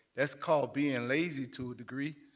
that's called being lazy to a degree.